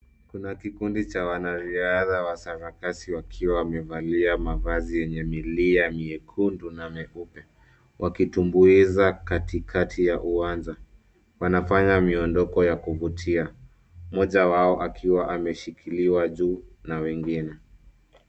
Kuna kikundi cha wanariadha wa sarakasi wakiwa wamevalia mavazi yenye milia mekundu na meupe .Wakitumbuiza katikati ya uwanja. Wanafanya miondoko ya kuvutia, mmoja wao akiwa ameshikiliwa juu na wengine.